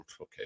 Okay